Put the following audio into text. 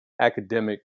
academic